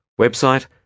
website